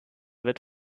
wird